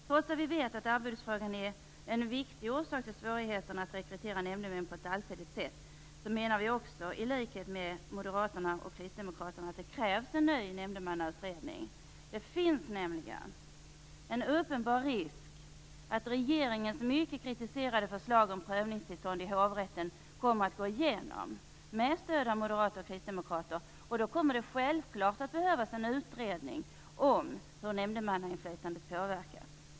Trots att vi vet att arvodesfrågan är en viktig orsak till svårigheterna att rekrytera nämndemän på ett allsidigt sätt menar vi också, i likhet med Moderaterna och Kristdemokraterna, att det krävs en ny nämndemannautredning. Det finns nämligen en uppenbar risk att regeringens mycket kritiserade förslag om prövningstillstånd i hovrätten kommer att gå igenom med stöd av moderater och kristdemokrater, och då kommer det självklart att behövas en utredning om hur nämndemannainflytandet påverkas.